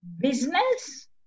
business